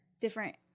different